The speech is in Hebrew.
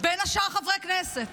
בין השאר חברי כנסת